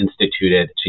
instituted